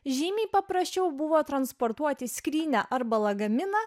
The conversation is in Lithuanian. žymiai paprasčiau buvo transportuoti skrynią arba lagaminą